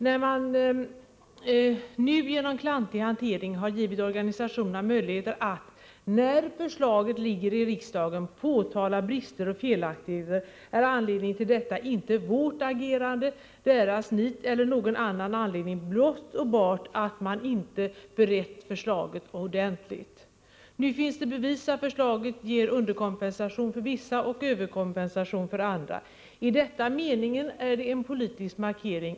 När man nu genom klantig hantering har givit organisationerna möjlighet att medan förslaget ligger i riksdagen påtala brister och felaktigheter, är anledningen till detta inte vårt agerande, deras nit eller något liknande, utan blott och bart att man inte berett förslaget ordentligt. Nu finns det bevis för att förslaget ger underkompensation för vissa och överkompensation för andra. Är detta meningen, är det en politisk markering.